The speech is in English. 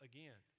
Again